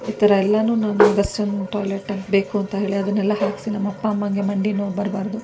ಈ ಥರ ಎಲ್ಲನೂ ನಾನು ವೆಸ್ಟರ್ನ್ ಟಾಯ್ಲೆಟ್ ಬೇಕು ಅಂತ ಹೇಳಿ ಅದನ್ನೆಲ್ಲ ಹಾಕಿಸಿ ನಮ್ಮ ಅಪ್ಪ ಅಮ್ಮನಿಗೆ ಮಂಡಿ ನೋವು ಬರಬಾರ್ದು